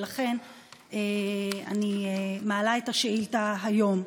ולכן אני מעלה את השאילתה היום.